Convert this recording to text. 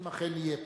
אם אכן יהיה פה.